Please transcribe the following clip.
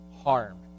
harm